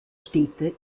städte